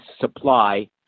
supply